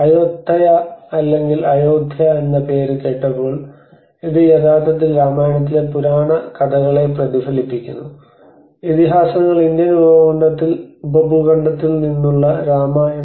അയോത്തയ അല്ലെങ്കിൽ അയോദ്ധ്യ എന്ന പേര് കേട്ടപ്പോൾ ഇത് യഥാർത്ഥത്തിൽ രാമായണത്തിലെ പുരാണ കഥകളെ പ്രതിഫലിപ്പിക്കുന്നു ഇതിഹാസങ്ങൾ ഇന്ത്യൻ ഉപഭൂഖണ്ഡത്തിൽ നിന്നുള്ള രാമായണം